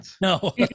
No